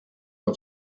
for